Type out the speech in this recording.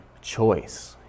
choice